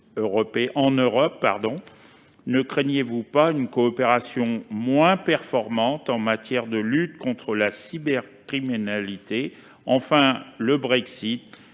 en Europe ? Ne craignez-vous pas une coopération moins performante en matière de lutte contre la cybercriminalité ? Enfin, le Brexit